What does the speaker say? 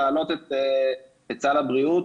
להעלות את סל הבריאות